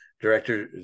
director